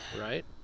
Right